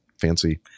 fancy